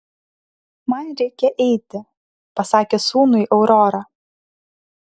man reikia eiti pasakė sūnui aurora